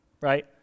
Right